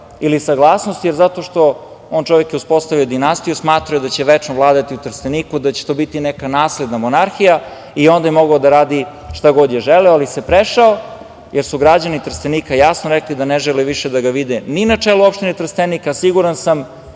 ili saglasnosti zato što, on čovek je uspostavio dinastiju, smatrao je da će večno vladati u Trsteniku, da će to biti neka nasledna monarhija i onda je mogao da radi šta god je želeo. Ali se prešao, jer su građani Trstenika jasno rekli da ne žele više da ga vide ni na čelu opštine Trstenik, a siguran sam,